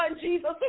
Jesus